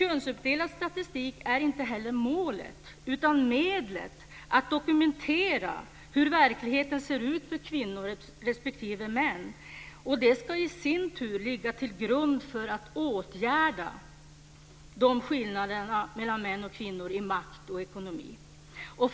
Könsuppdelad statistik är inte heller målet utan medlet för att dokumentera hur verkligheten ser ut för kvinnor respektive män. Det ska i sin tur ligga till grund för att åtgärda skillnaderna mellan män och kvinnor i fråga om makt och ekonomi.